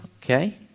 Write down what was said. okay